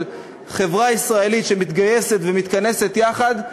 של חברה ישראלית שמתגייסת ומתכנסת יחד,